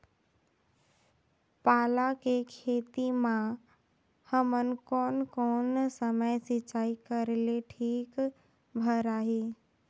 पाला के खेती मां हमन कोन कोन समय सिंचाई करेले ठीक भराही?